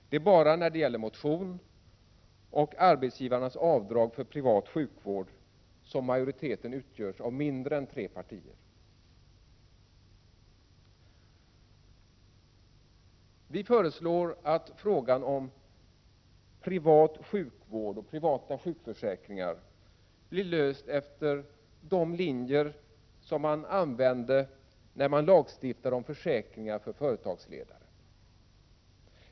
Det är bara när det gäller motion och arbetsgivarnas avdrag för privat sjukvård som majoriteten utgörs av mindre än tre partier. Vi föreslår att frågan om privat sjukvård och privata sjukförsäkringar blir löst efter de linjer som man använde när man lagstiftade om försäkringar för företagsledare.